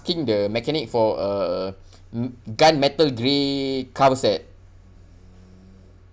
the mechanic for a m~ gun metal grey cover set